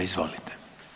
Izvolite.